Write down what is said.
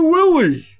Willie